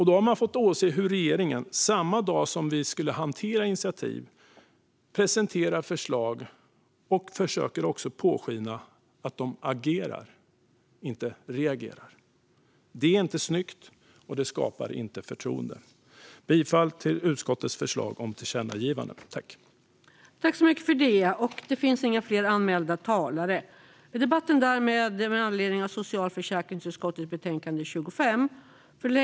Då har vi fått åse hur regeringen samma dag som vi ska hantera initiativet presenterar ett förslag och försöker påskina att man agerar, inte reagerar. Det är inte snyggt, och det skapar inte förtroende. Jag yrkar bifall till utskottets förslag om ett tillkännagivande. Förlängning av reglerna om före-byggande sjukpenning för riskgrupper